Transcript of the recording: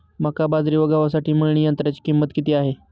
मका, बाजरी व गव्हासाठी मळणी यंत्राची किंमत किती आहे?